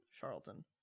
Charlton